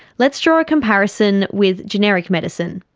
let's draw a comparison with generic medicine.